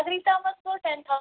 نٔگری تام گوٚو ten thousand